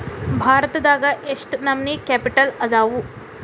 ಭಾರತದಾಗ ಯೆಷ್ಟ್ ನಮನಿ ಕ್ಯಾಪಿಟಲ್ ಅದಾವು?